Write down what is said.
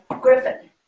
Griffin